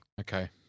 Okay